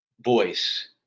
voice